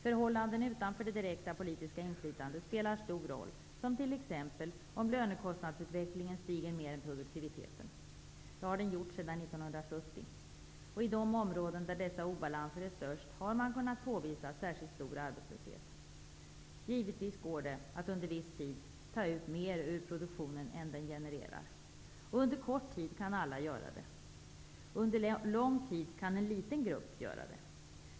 Förhållanden utanför det direkta politiska inflytandet spelar stor roll, exempelvis om lönekostnadsutvecklingen stiger mer än produktiviteten. Det har den gjort sedan 1970. I de områden där dessa obalanser är störst har man kunnat påvisa särskilt stor arbetslöshet. Givetvis går det att under viss tid ta ut mer ur produktionen än vad den genererar. Under kort tid kan alla göra det. Under lång tid kan en liten grupp göra det.